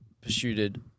Pursued